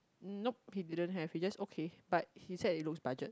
nope okay we don't have we just okay but he said it looks budget